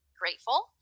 grateful